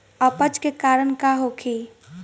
अपच के कारण का होखे?